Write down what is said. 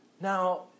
now